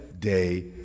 day